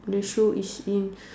the shoe is in